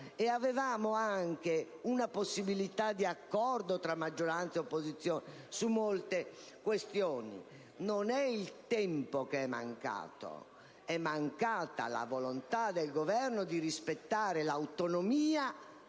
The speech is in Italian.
avevamo anche una possibilità di accordo tra maggioranza e opposizione su molte questioni. Non è il tempo che è mancato: è mancata la volontà del Governo di rispettare l'autonomia